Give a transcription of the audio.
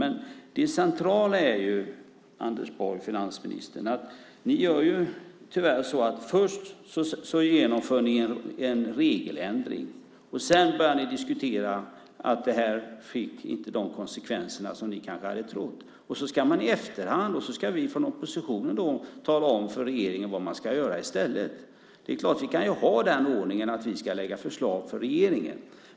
Men det centrala är, finansminister Anders Borg, att ni tyvärr först genomför en regeländring och sedan börjar diskutera att den inte fick de konsekvenser som ni kanske hade trott. I efterhand ska vi från oppositionen tala om för regeringen vad den ska göra i stället. Det är klart att vi kan ha den ordningen att vi ska lägga fram förslag för regeringen.